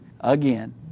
again